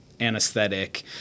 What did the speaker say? anesthetic